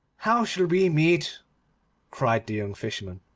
how shall we meet cried the young fisherman.